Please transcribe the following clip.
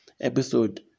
episode